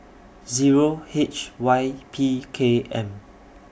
Zero H Y P K M